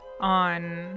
on